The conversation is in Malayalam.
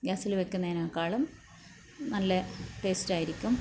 ഗ്യാസ്സിൽ വെക്കുന്നേനാക്കാളും നല്ല ടേയ്സ്റ്റാരിക്കും